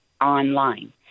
online